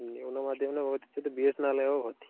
न्यूनमाध्यमेन भवति चेद् B S N L एव भवति